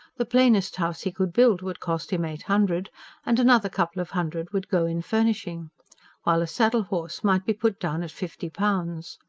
the plainest house he could build would cost him eight hundred and another couple of hundred would go in furnishing while a saddle-horse might be put down at fifty pounds.